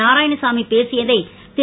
நாராயணசாமி பேசியதை திரு